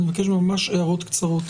אני מבקש ממש הערות קצרות,